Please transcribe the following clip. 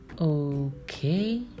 okay